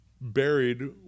buried